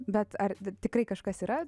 bet ar tikrai kažkas yra